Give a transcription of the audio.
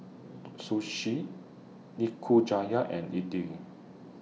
Sushi Nikujaga and Idili